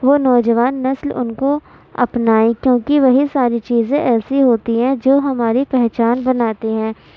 وہ نوجوان نسل ان کو اپنائے کیوں کہ وہی ساری چیزیں ایسی ہوتی ہیں جو ہماری پہچان بناتی ہیں